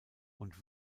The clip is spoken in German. und